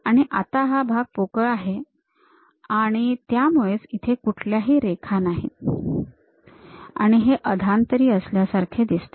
आणि आता हा भाग पोकळ आहे आणि त्यामुळेच इथे कुठल्याही रेखा नाहीत आणि हे अधांतरी असल्यासारखे दिसते